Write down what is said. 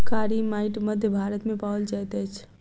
कारी माइट मध्य भारत मे पाओल जाइत अछि